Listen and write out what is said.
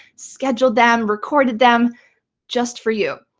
scheduled them, recorded them just for you.